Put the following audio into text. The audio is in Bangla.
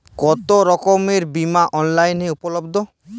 কতোরকমের বিমা অনলাইনে উপলব্ধ?